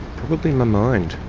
probably my mind,